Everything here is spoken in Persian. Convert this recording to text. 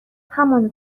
همان